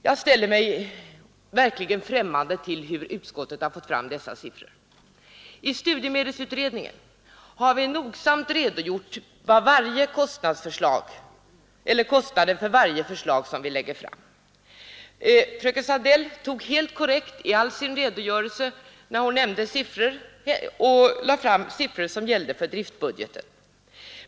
Jag ställer mig verkligen främmande till hur utskottet har fått fram denna siffra. I studiemedelsutredningen har vi nogsamt redogjort för kostnaden för varje förslag vi lagt fram. Fröken Sandell lade helt korrekt i sin redogörelse fram siffror som gällde driftbudgeten.